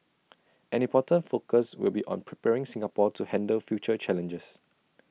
an important focus will be on preparing Singapore to handle future challenges